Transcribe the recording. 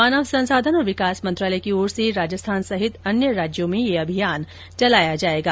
मानव संसाधन और विकास मंत्रालय की ओर से राजस्थान सहित अन्य राज्यो में यह अभियान चलाया जाएगा